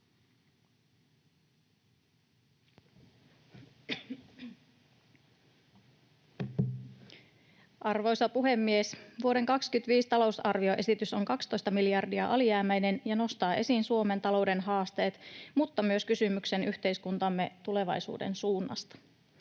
Arvoisa puhemies! Vuoden 25 talousarvioesitys on 12 miljardia alijäämäinen ja nostaa esiin Suomen talouden haasteet, mutta myös kysymyksen yhteiskuntamme tulevaisuuden suunnasta.